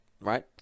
right